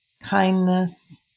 kindness